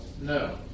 no